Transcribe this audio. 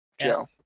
Joe